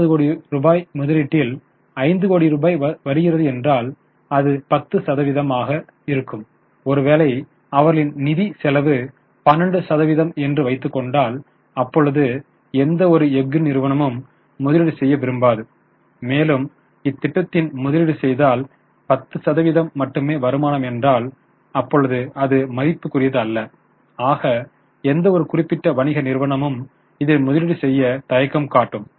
50 கோடி ரூபாய் முதலீட்டில் 5 கோடி ரூபாய் வருகிறது என்றால் அது 10 சதவிகித வருமானமாகும் ஒருவேளை அவர்களின் நிதி செலவு 12 சதவிகிதம் என்று வைத்துக்கொண்டால் அப்பொழுது எந்த ஒரு எஃகு நிறுவனமும் முதலீடு செய்ய விரும்பாது மேலும் இத்திட்டத்தில் முதலீடு செய்தால் 10 சதவிகிதம் மட்டுமே வருமானம் என்றால் அப்பொழுது அது மதிப்புக்குரியதல்ல ஆக எந்த ஒரு குறிப்பிட்ட வணிக நிறுவனம் இதில் முதலீடு செய்ய தயக்கம் காட்டும்